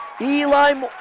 eli